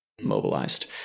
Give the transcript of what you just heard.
mobilized